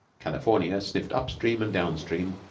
california sniffed up-stream and down-stream,